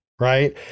Right